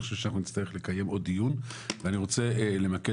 אני חושב שאנחנו נצטרך לקיים עוד דיון ואני רוצה למקד